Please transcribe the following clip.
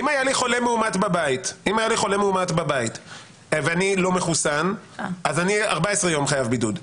אם היה לי חולה מאומת בבית ואני לא מחוסן אני חייב בידוד של 14 יום,